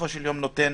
נותן